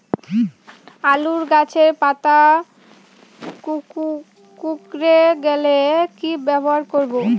আলুর গাছের পাতা কুকরে গেলে কি ব্যবহার করব?